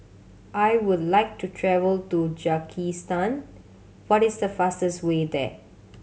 I would like to travel to Tajikistan what is the fastest way there